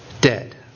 dead